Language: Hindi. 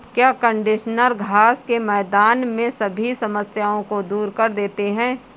क्या कंडीशनर घास के मैदान में सभी समस्याओं को दूर कर देते हैं?